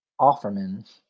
Offerman